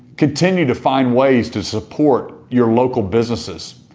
continue to find ways to support your local businesses.